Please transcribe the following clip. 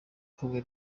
kumwe